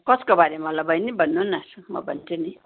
कसको बारेमा होला बहिनी भन्नु न म भन्छु नि